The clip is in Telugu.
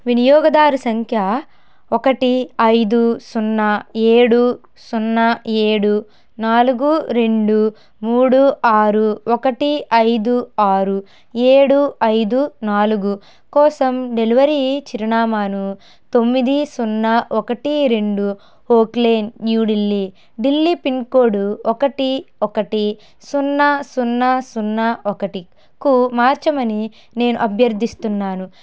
వినియోగదారు సంఖ్య ఒకటి ఐదు సున్నా ఏడు సున్నా ఏడు నాలుగు రెండు మూడు ఆరు ఒకటి ఐదు ఆరు ఏడు ఐదు నాలుగు కోసం డెలివరీ చిరునామాను తొమ్మిది సున్నా ఒకటి రెండు ఓక్లేన్ న్యూఢిల్లీ ఢిల్లీ పిన్కోడ్ ఒకటి ఒకటి సున్నా సున్నా సున్నా ఒకటికు మార్చమని నేను అభ్యర్థిస్తున్నాను